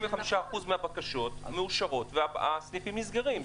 95% מהבקשות מאושרות והסניפים נסגרים.